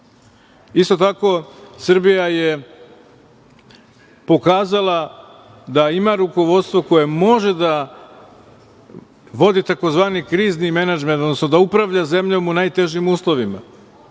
tako, Srbija je pokazala da ima rukovodstvo koje može da vodi tzv. krizni menadžment, odnosno da upravlja zemljom u najtežim uslovima.